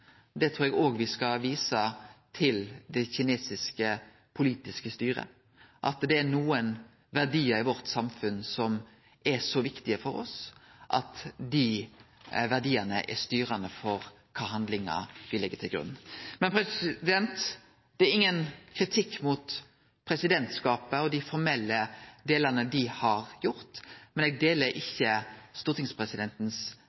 Det trur eg òg me skal vise til det kinesiske politiske styre: at det er nokre verdiar i vårt samfunn som er så viktige for oss at dei verdiane er styrande for kva handlingar me legg til grunn. Dette er ingen kritikk av presidentskapet og dei formelle vurderingane dei har gjort. Men eg deler